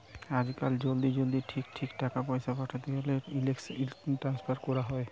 আজকাল জলদি জলদি ঠিক ঠিক টাকা পয়সা পাঠাতে হোলে ইলেক্ট্রনিক ট্রান্সফার কোরা হয়